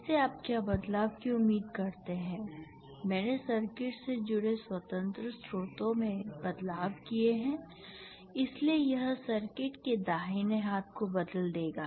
इससे आप क्या बदलाव की उम्मीद करते हैं मैंने सर्किट से जुड़े स्वतंत्र स्रोतों में बदलाव किए हैं इसलिए यह सर्किट के दाहिने हाथ को बदल देगा